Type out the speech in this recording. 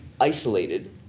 isolated